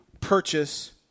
purchase